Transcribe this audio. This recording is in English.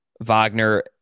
Wagner